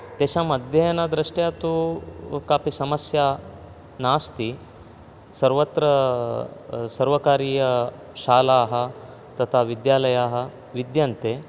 तेषां अध्ययनदृष्ट्या तु कापि समस्या नास्ति सर्वत्र सर्वकारीय शालाः तथा विद्यालयाः विद्यन्ते